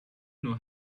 know